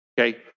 okay